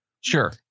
Sure